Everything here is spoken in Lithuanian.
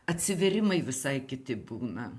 atsivėrimai visai kiti būna